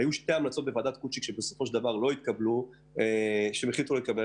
היו שתי החלטות בוועדת קוצ'יק שלא התקבלו והיו צריכות להתקבל,